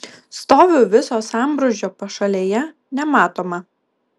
stoviu viso sambrūzdžio pašalėje nematoma